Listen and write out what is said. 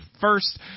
first